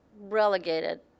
relegated